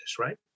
right